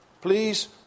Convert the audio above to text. please